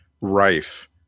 rife